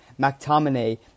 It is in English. McTominay